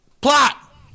Plot